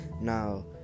now